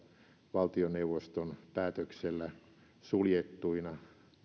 valtioneuvoston päätöksellä suljettuina